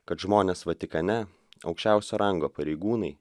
kad žmonės vatikane aukščiausio rango pareigūnai